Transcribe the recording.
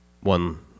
one